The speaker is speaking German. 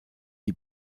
die